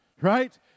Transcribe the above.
right